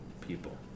people